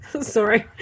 sorry